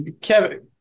Kevin